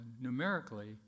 numerically